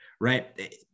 right